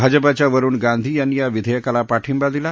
भाजपाच्या वरूण गांधी यांनी या विधेयकाला पाठिंबा दिला